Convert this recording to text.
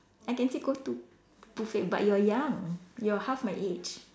I can still go to buffet but you're young you're half my age